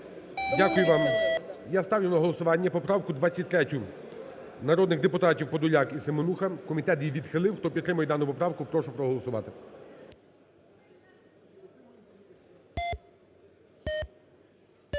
Дякую вам. Я ставлю на голосування поправку 23 народних депутатів Подоляк і Семенуха, комітет її відхилив, хто підтримує дану поправку, прошу проголосувати.